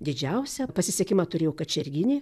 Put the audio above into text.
didžiausią pasisekimą turėjo kačerginė